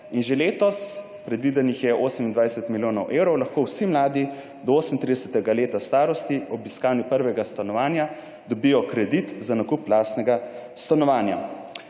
in že letos, predvidenih je 28 milijonov evrov lahko vsi mladi do 38. leta starosti ob iskanju prvega stanovanja dobijo kredit za nakup lastnega stanovanja.